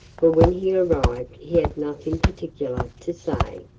for when he arrived he had nothing particular to say.